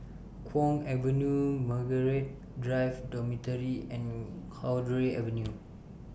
Kwong Avenue Margaret Drive Dormitory and Cowdray Avenue